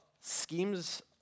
schemes